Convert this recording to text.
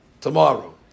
tomorrow